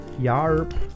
Yarp